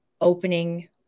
opening